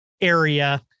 area